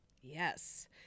Yes